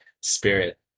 spirit